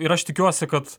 ir aš tikiuosi kad